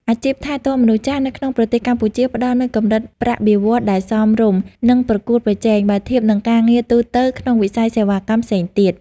អាជីពថែទាំមនុស្សចាស់នៅក្នុងប្រទេសកម្ពុជា ផ្តល់នូវកម្រិតប្រាក់បៀវត្សរ៍ដែលសមរម្យ និងប្រកួតប្រជែង បើធៀបនឹងការងារទូទៅក្នុងវិស័យសេវាកម្មផ្សេងទៀត។